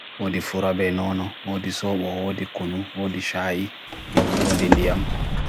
Odi fura benono, odi sobo, odi kunu, odi shahi, odi ndiam.